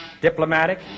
diplomatic